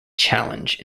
challenge